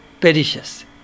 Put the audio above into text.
perishes